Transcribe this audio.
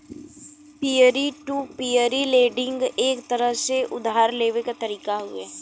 peer to peer lending एक तरह से उधार लेवे क तरीका हउवे